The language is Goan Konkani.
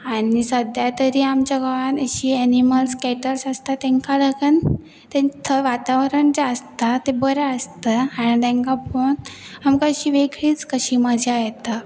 आनी सद्या तरी आमच्या गोवान अशी एनिमल्स कॅटल्स आसता तांकां लागून तें थंय वातावरण जें आसता तें बरें आसता आनी तांकां पळोवन आमकां अशी वेगळीच कशी मजा येता